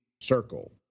circle